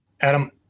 Adam